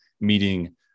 meeting